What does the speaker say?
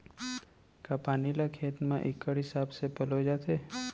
का पानी ला खेत म इक्कड़ हिसाब से पलोय जाथे?